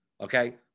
okay